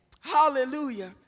Hallelujah